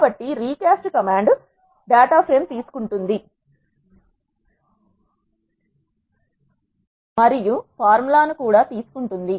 కాబట్టి recast command data frame తీసుకుంటుంది మరియు ఫార్ములా ను కూడా తీసుకుంటుంది